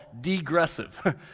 degressive